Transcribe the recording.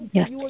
Yes